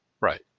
Right